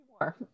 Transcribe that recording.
more